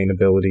sustainability